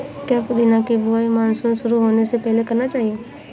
क्या पुदीना की बुवाई मानसून शुरू होने से पहले करना चाहिए?